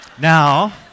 now